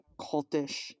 cultish